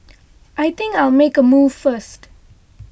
I think I'll make a move first